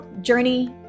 journey